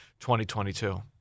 2022